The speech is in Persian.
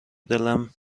دلم